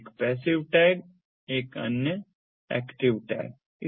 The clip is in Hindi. एक पैसिव टैग है अन्य एक्टिव टैग है